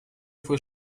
fue